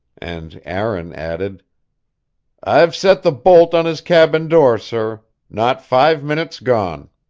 and aaron added i've set the bolt on his cabin door, sir. not five minutes gone.